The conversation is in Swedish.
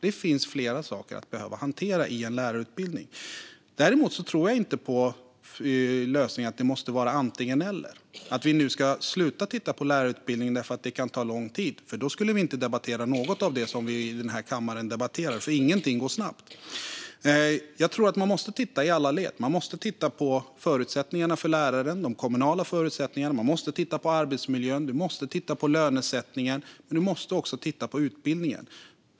Det finns flera saker som behöver hanteras i en lärarutbildning. Däremot tror jag inte på lösningen att det måste vara antingen eller, att vi nu ska sluta titta på lärarutbildningen därför att det kan ta lång tid. Då skulle vi inte debattera något av det som vi debatterar i denna kammare, för ingenting går snabbt. Jag tror att man måste titta på alla led. Man måste titta på förutsättningarna för lärarna, de kommunala förutsättningarna. Man måste titta på arbetsmiljön. Man måste titta på lönesättningen. Men man måste också titta på utbildningen.